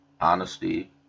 honesty